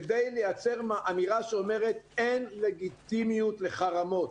כדי לייצר אמירה שאומרת שאין לגיטימיות לחרמות.